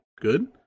Good